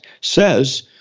says